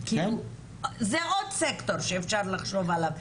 זה עוד סקטור שאפשר לחשוב עליו.